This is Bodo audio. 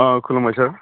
खुलुमबाय सार